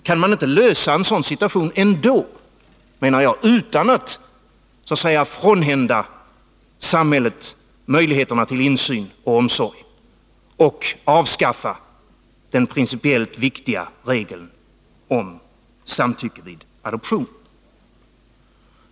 Kan man inte lösa en sådan situation utan att frånhända samhället möjligheterna till insyn och omsorg och avskaffa den principiellt viktiga regeln om samtycke vid adoption?